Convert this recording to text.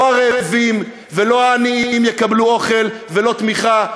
לא הרעבים ולא העניים יקבלו אוכל ותמיכה.